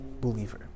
believer